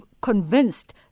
convinced